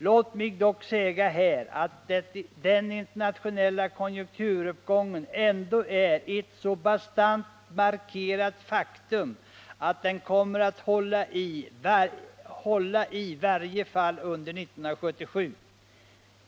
Låt mig dock säga här att den internationella konjunkturuppgången ändå är ett så bastant markerat faktum att den kommer att hålla i varje fall under 1977.